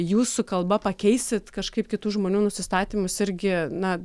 jūs su kalba pakeisit kažkaip kitų žmonių nusistatymus irgi na